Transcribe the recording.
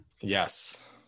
Yes